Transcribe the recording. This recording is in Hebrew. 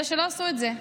אלא שלא עשו את זה.